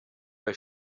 bei